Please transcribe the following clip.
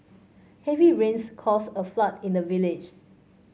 heavy rains caused a flood in the village